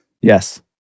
Yes